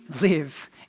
live